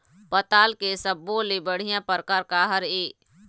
पताल के सब्बो ले बढ़िया परकार काहर ए?